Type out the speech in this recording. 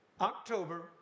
October